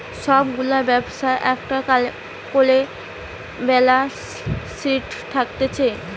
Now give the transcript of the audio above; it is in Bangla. সব গুলা ব্যবসার একটা কোরে ব্যালান্স শিট থাকছে